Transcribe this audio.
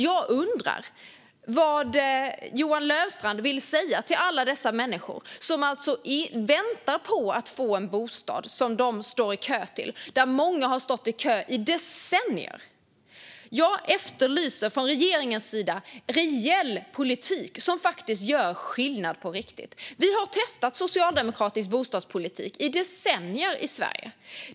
Jag undrar vad Johan Löfstrand vill säga till alla dessa människor som alltså står i kö och väntar på att få en bostad, och många av dem har stått i kö i decennier. Jag efterlyser från regeringens sida reell politik som faktiskt gör skillnad på riktigt. Vi har testat socialdemokratisk bostadspolitik i decennier i Sverige.